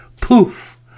Poof